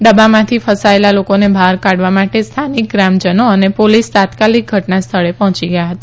ડબ્બામાંથી ફસાયેલા લોકોને બહાર કાઢવા માટે સ્થાનિક ગ્રામજનો અને પોલીસ તાત્કાલિક ઘટનાસ્થળે પહોંચી ગયા હતા